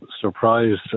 surprised